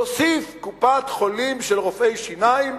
תוסיף קופת-חולים של רופאי שיניים